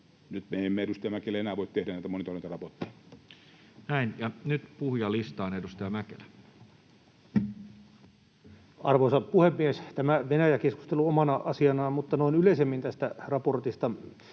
Nyt me emme, edustaja Mäkelä, enää voi tehdä näitä monitorointiraportteja. Näin, ja nyt puhujalistaan. — Edustaja Mäkelä. Arvoisa puhemies! Tämä Venäjä-keskustelu omana asianaan, mutta noin yleisemmin tästä raportista